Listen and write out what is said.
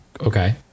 Okay